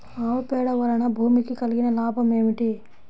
ఆవు పేడ వలన భూమికి కలిగిన లాభం ఏమిటి?